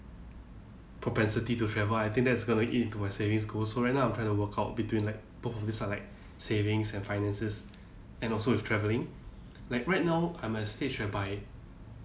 propensity to travel I think that's gonna eat into a savings goal so right now I'm try to work out between like both of these ah like savings and finances and also with travelling like right now I'm at a stage whereby